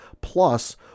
plus